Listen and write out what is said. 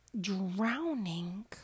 drowning